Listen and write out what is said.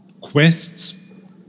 quests